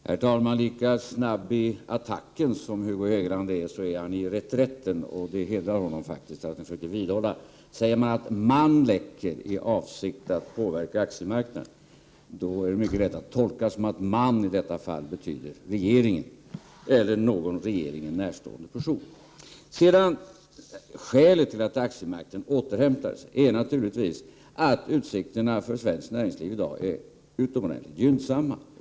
Herr talman! Lika snabb som Hugo Hegeland är i attacken är han i reträtten. Detta hedrar honom. Om någon säger att ”man” läcker i avsikt att påverka aktiemarknaden, är det mycket lätt att tolka det som att ”man” i detta fall betyder regeringen eller någon regeringen närstående person. Skälet till att aktiemarknaden återhämtade sig är naturligtvis att utsikterna för svenskt näringsliv i dag är utomordentligt gynnsamma.